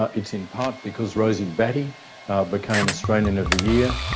ah it's in part because rosie batty became australian of the year.